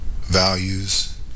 values